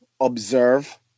observe